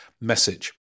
message